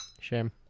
Shame